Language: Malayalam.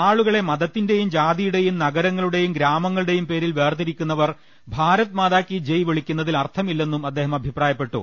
ആളുകളെ മതത്തിന്റെയും ജാതിയുടെയും നഗരങ്ങളുടെയും ഗ്രാമങ്ങളുടെയും പേരിൽ വേർതിരിക്കുന്നവർ ഭാരത് മാതാ കീ ജയ് വിളിക്കുന്നതിൽ അർത്ഥമില്ലെന്നും അദ്ദേഹം അഭിപ്രായപ്പെട്ടു